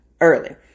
early